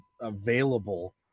available